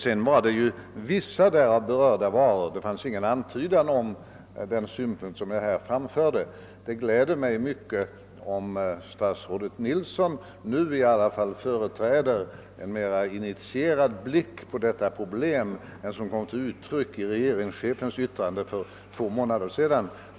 Det talades ju också om »vissa berörda varor»; det fanns ingen antydan om den synpunkt jag här framförde. Det gläder mig mycket om statsrådet Nilsson nu i alla fall företräder ett mera initierat synsätt i fråga om detta problem än det som kom till uttryck i regeringschefens yttrande för två månader sedan.